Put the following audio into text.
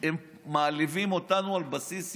הם מעליבים אותנו על בסיס יומי,